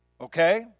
Okay